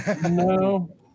No